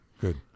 Good